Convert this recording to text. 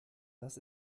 das